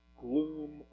gloom